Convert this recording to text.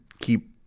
keep